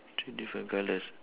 two different colours